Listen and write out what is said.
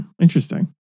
interesting